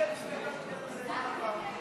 להעביר לוועדה את הצעת חוק לתיקון